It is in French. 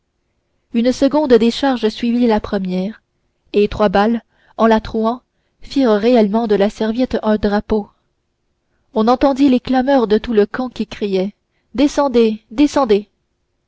une seconde décharge suivit la première et trois balles en la trouant firent réellement de la serviette un drapeau on entendit les clameurs de tout le camp qui criait descendez descendez